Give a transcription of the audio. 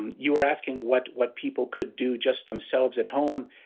you are asking what what people could do just themselves at home,